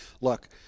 look